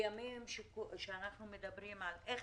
בימים שאנחנו מדברים על איך